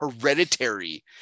hereditary